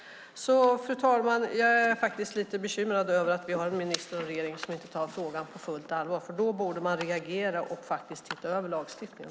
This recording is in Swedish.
Fru talman! Jag är lite bekymrad över att vi har en minister och en regering som inte tar frågan på fullt allvar. Gjorde man det borde man reagera och se över lagstiftningen.